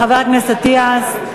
חבר הכנסת אטיאס.